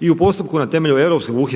i u postupku na temelju europskog